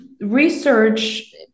research